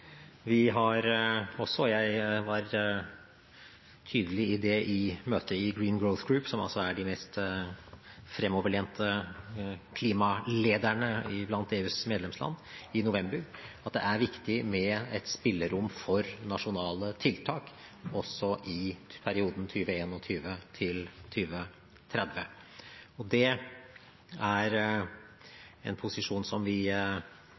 Jeg var også tydelig på det i møtet i november i Green Growth Group, som består av de mest fremoverlente klimalederne blant EUs medlemsland, at det er viktig med et spillerom for nasjonale tiltak også i perioden 2021–2030. Det er en posisjon som vi viderefører og fastholder. I det brevet vi har sendt til formannskapet nå, har vi